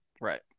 Right